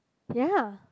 ya